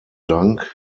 dank